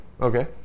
Okay